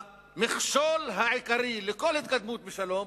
המכשול העיקרי לכל התקדמות בשלום